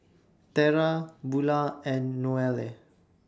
Tera Bula and Noelle